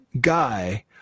guy